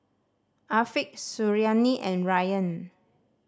Afiq Suriani and Ryan